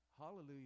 Hallelujah